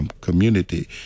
community